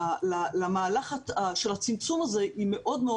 שהתגובה למהלך של הצמצום הזה היא מאוד מאוד